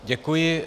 Děkuji.